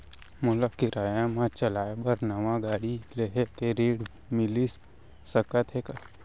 मोला किराया मा चलाए बर नवा गाड़ी लेहे के ऋण मिलिस सकत हे का?